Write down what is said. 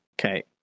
Okay